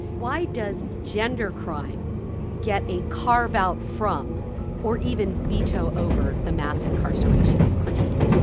why does gender crime get a carve out from or even veto over the mass incarceration critique?